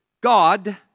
God